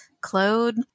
Claude